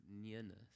nearness